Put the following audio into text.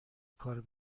کار